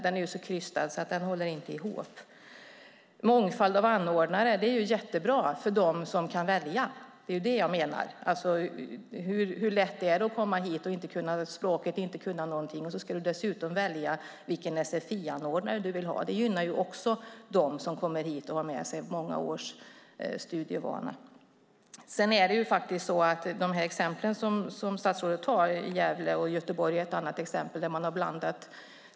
Det är så krystat att det inte håller ihop. Mångfald av anordnare är jättebra för dem som kan välja. Det är det som jag menar. Hur lätt är det att komma hit och inte kunna språket eller någonting och sedan välja vilken sfi-anordnare man ska ha? Det gynnar också dem som kommer hit och har med sig många års studievana. Statsrådet nämner Gävle. Göteborg är ett annat exempel där man har blandat.